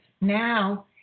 Now